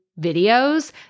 videos